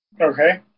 Okay